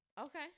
Okay